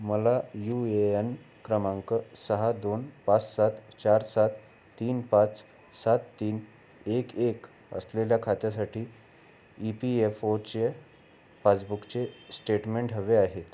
मला U A N क्रमांक सहा दोन पाच सात चार सात तीन पाच सात तीन एक एक असलेल्या खात्यासाठी ई पी एफ ओचे पासबुकचे स्टेटमेंट हवे आहेत